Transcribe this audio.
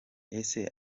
ese